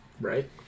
Right